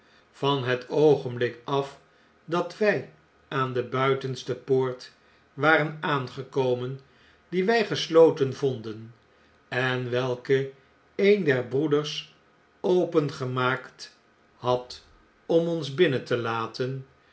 van het oogenblik af dat wij aan de buitenste poort waren aangekomen die wij gesloten vonden en welke een der broeders opengemaakt had om ons binnen te laten